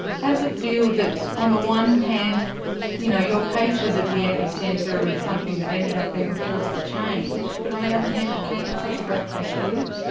how does it feel that on the one hand you know your case was at the epicentre of something that ended up being a force for change, but on the other hand it came at such a great cost to you.